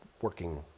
working